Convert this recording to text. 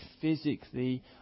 physically